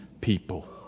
people